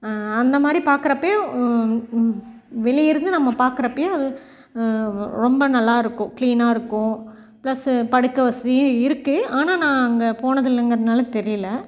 அந்த மாதிரி பார்க்கறப்பையும் வெளியேயிருந்து நம்ம பார்க்கறப்பையும் அது வ ரொம்ப நல்லாயிருக்கும் க்ளீனாக இருக்கும் ப்ளஸ்ஸு படுக்கை வசதியும் இருக்குது ஆனால் நான் அங்கே போனதில்லைங்கிறனால தெரியல